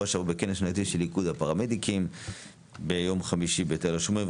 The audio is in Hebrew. שעבר בכנס שנתי של איגוד הפרמדיקים ביום חמישי בתל השומר,